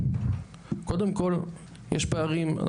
קודם כל יש פערים,